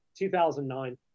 2009